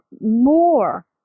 more